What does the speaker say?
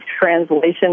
translation